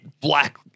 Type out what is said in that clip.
black